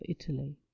italy